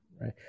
Right